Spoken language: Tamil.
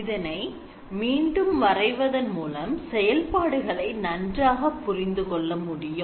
இதனை மீண்டும் வரைவதன் மூலம் செயல்பாடுகளை நன்றாக புரிந்து கொள்ள முடியும்